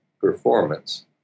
performance